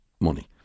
money